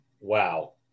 Wow